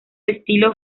estilo